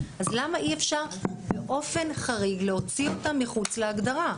אז למה אי אפשר באופן חריג להוציא אותם מחוץ להגדרה?